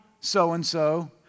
so-and-so